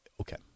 Okay